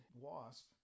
Wasp